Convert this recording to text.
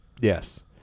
Yes